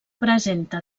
presenta